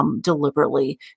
Deliberately